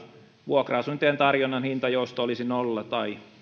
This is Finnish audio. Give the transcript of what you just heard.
vuokra asuntojen tarjonnan hintajousto olisi nolla tai